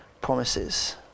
promises